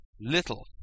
little